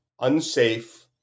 unsafe